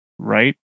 right